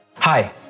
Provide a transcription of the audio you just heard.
Hi